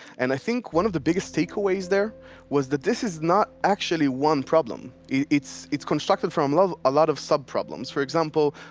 and i think one of the biggest takeaways there was that this is not actually one problem. it's it's constructed from a ah lot of sub problems. for example,